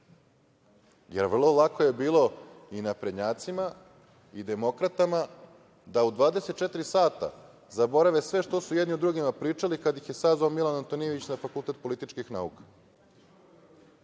Vrlo lako je bilo i naprednjacima i demokratama da u 24 sata zaborave sve što su jedni o drugima pričali kad ih je sazvao Milan Antonijević na Fakultet političkih nauka.